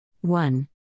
one